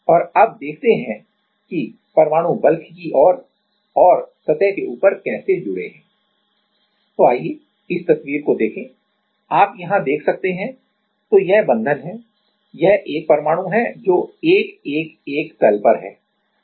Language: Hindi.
और अब देखते हैं कि परमाणु बल्क की ओर और सतह के ऊपर कैसे जुड़े हैं तो आइए इस तस्वीर को देखें यहाँ आप देख सकते हैं तो यह बंधन है यह एक परमाणु है जो 1 1 1 तल पर है